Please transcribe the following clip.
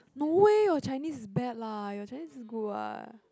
no way your Chinese is bad lah your Chinese is good what